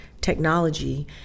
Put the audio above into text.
technology